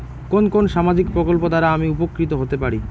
কোন কোন সামাজিক প্রকল্প দ্বারা আমি উপকৃত হতে পারি?